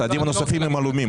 הצעדים הנוספים עלומים.